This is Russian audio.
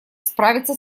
справиться